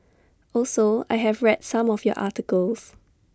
also I have read some of your articles